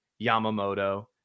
Yamamoto